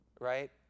right